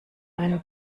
einen